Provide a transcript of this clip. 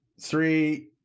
three